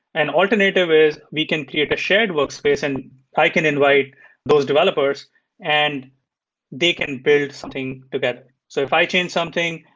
and alternative is we can clear the shared workspace and i can invite those developers and they can build something together. so if i change and something,